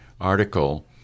article